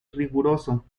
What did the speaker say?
riguroso